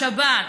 השבת,